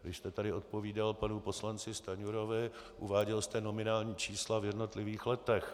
Vy jste tady odpovídal panu poslanci Stanjurovi, uváděl jste nominální čísla v jednotlivých letech.